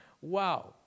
wow